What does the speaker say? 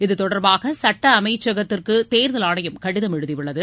இதுதொடர்பாக சட்ட அமைச்சகத்திற்கு தேர்தல் ஆணையம் கடிதம் எழுதியுள்ளது